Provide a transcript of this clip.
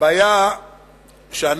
הבעיה היא שאנחנו,